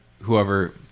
whoever